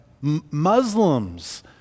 Muslims